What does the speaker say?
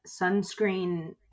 sunscreen